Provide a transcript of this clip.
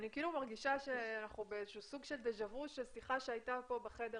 מרגישה שאנחנו בסוג של דה ז'ה וו של שיחה שהייתה פה בחדר